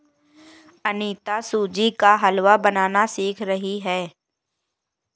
अनीता सूजी का हलवा बनाना सीख रही है